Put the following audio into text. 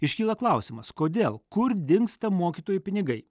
iškyla klausimas kodėl kur dingsta mokytojų pinigai